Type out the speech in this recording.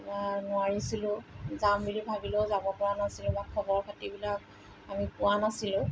বা নোৱাৰিছিলোঁ যাম বুলি ভাবিলেও যাব পৰা নাছিলোঁ বা খবৰ খাতিবিলাক আমি পোৱা নাছিলোঁ